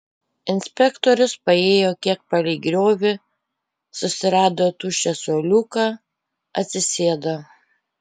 inspektorius paėjo kiek palei griovį susirado tuščią suoliuką atsisėdo